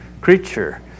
creature